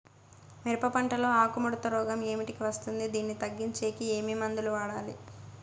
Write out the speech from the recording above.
మిరప పంట లో ఆకు ముడత రోగం ఏమిటికి వస్తుంది, దీన్ని తగ్గించేకి ఏమి మందులు వాడాలి?